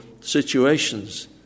situations